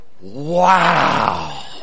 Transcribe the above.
wow